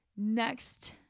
next